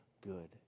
good